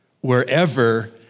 wherever